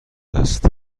است